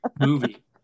movie